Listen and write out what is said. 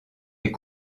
est